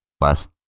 last